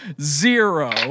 zero